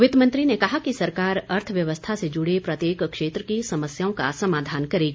वित्त मंत्री ने कहा कि सरकार अर्थव्यवस्था से जुड़े प्रत्येक क्षेत्र की समस्याओं का समाधान करेगी